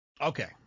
Okay